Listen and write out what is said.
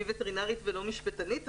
אני וטרינרית ולא משפטנית,